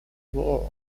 war